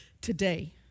today